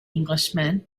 englishman